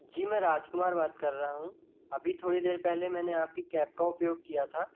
जी मैं राजकुमार बात कर रहा हूँ अभी थोड़ी देर पहले मैंने आपकी कैब का उपयोग किया था